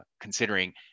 considering